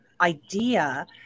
idea